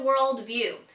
worldview